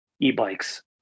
e-bikes